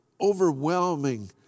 overwhelming